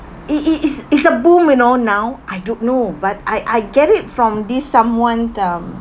it it is it's a boom you know now I don't know but I I get it from this someone um